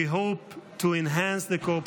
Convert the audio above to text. we hope to enhance the cooperation